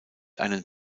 einen